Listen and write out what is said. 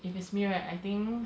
if it's me right I think